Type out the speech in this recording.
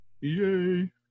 Yay